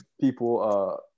people